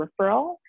referral